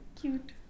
Cute